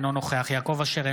אינו נוכח יעקב אשר,